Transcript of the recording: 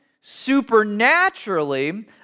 supernaturally